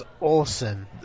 awesome